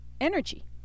energy